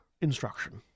instruction